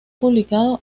publicado